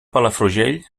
palafrugell